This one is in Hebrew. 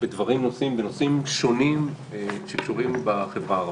בדברים ובנושאים שונים שקשורים בחברה הערבית.